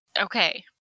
Okay